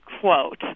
quote